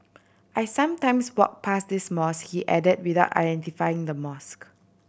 I sometimes walk pass this mosque he added without identifying the mosque